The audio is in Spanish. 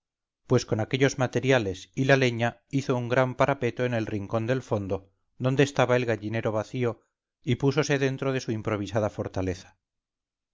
pues con aquellos materiales y la leña hizo un gran parapeto en el rincón del fondo donde estaba el gallinero vacío y púsose dentro de su improvisada fortaleza